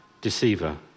deceiver